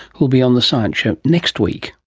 who will be on the science show next week.